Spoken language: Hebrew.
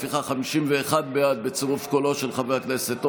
לפיכך, בעד, 51, בצירוף קולו של חבר הכנסת עודה.